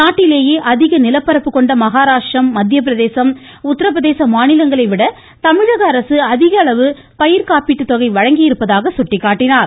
நாட்டிலேயே அதிக நிலப்பரப்பு கொண்ட மகாராஷ்ட்ரம் மத்தியபிரதேசம் உத்தரபிரதேச மாநிலங்களைவிட தமிழகஅரசு அதிகளவு பயிர்காப்பீட்டு தொகை வழங்கியிருப்பதாக அமைச்சர் குறிப்பிட்டார்